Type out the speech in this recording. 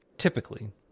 Typically